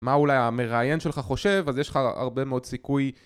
מה אולי המראיין שלך חושב, אז יש לך הרבה מאוד סיכוי